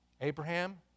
Abraham